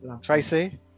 Tracy